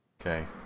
okay